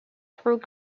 through